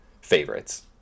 favorites